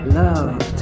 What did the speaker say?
love